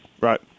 Right